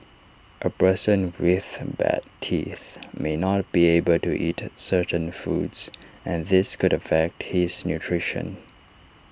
A person with bad teeth may not be able to eat certain foods and this could affect his nutrition